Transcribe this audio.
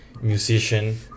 musician